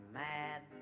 mad